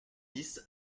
dix